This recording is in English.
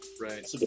Right